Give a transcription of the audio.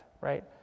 right